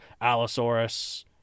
Allosaurus